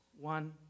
One